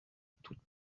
toute